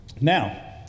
Now